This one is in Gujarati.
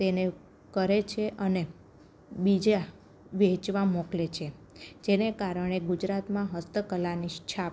તેને કરે છે અને બીજે વહેંચવા મોકલે છે જેને કારણે ગુજરાતમાં હસ્તકલાની છાપ